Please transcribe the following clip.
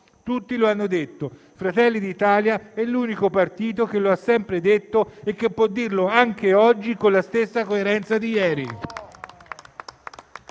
Tutti lo hanno detto, ma Fratelli d'Italia è l'unico partito che lo ha sempre detto e che può dirlo anche oggi con la stessa coerenza di ieri.